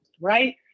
right